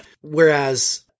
whereas